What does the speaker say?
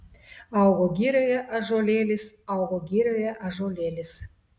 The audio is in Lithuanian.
augo girioje ąžuolėlis augo girioje ąžuolėlis